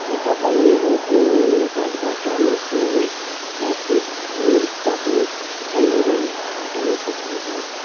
के तपाईँ मेरो किनमेल कार्टबाट Nestle classic milk chocolate candy हटाउनु सक्नुहुन्छ